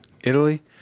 italy